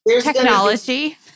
Technology